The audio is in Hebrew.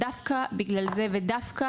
דווקא בגלל זה ודווקא